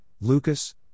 Lucas